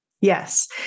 Yes